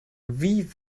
wie